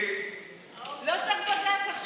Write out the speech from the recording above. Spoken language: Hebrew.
לא צריך עכשיו בג"ץ.